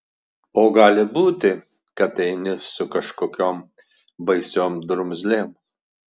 o gali būti kad eini su kažkokiom baisiom drumzlėm